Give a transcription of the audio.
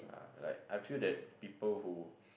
like I feel that people who